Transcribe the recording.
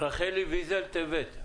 רחלי ויזל טבת,